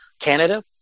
Canada